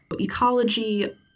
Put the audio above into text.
ecology